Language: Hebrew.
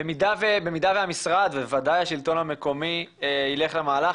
במידה שהמשרד וודאי השלטון המקומי יילך למהלך,